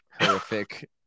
horrific